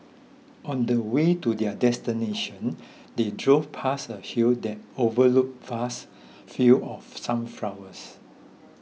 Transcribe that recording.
on the way to their destination they drove past a hill that overlooked vast fields of sunflowers